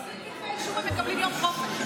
על 20 כתבי אישום הם מקבלים יום חופש.